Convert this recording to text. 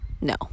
No